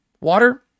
Water